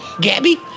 Gabby